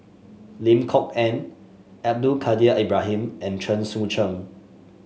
Lim Kok Ann Abdul Kadir Ibrahim and Chen Sucheng